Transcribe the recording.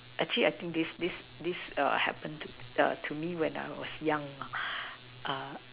actually I think this this this err happen to the to me when I was young ah err